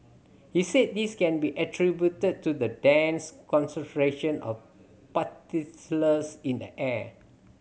he said this can be attributed to the dense concentration of particles in the air